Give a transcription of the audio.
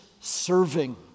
serving